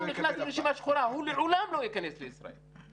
ואז הוא נכנס לרשימה השחורה והוא לעולם לא ייכנס לישראל.